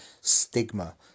stigma